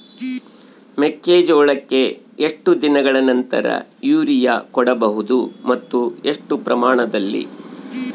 ಮೆಕ್ಕೆಜೋಳಕ್ಕೆ ಎಷ್ಟು ದಿನಗಳ ನಂತರ ಯೂರಿಯಾ ಕೊಡಬಹುದು ಮತ್ತು ಎಷ್ಟು ಪ್ರಮಾಣದಲ್ಲಿ?